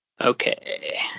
Okay